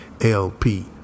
LP